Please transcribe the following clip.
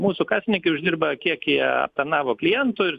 mūsų kasininkai uždirba kiek jie planavo klientų ir